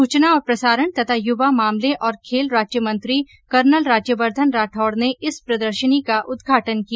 सूचना और प्रसारण तथा युवा मामले और खेल राज्य मंत्री कर्नल राज्यवर्धन राठौड़ ने इस प्रदर्शनी का उद्घाटन किया